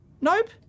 nope